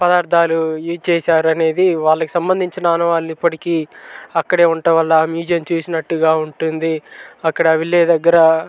పదార్ధాలు ఏం చేసారు అనేది వాళ్ళకి సంబంధించిన ఆనవాళ్లు ఇప్పటికీ అక్కడే ఉండటం వల్ల ఆ మ్యూజియం చూసినట్టుగా ఉంటుంది అక్కడ విల్లేజ్ దగ్గర